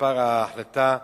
ההחלטה מס'